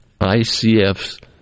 ICFs